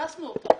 קנסנו אותם.